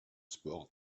sport